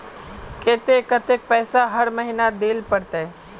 केते कतेक पैसा हर महीना देल पड़ते?